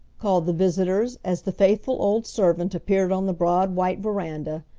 called the visitors, as the faithful old servant appeared on the broad white veranda.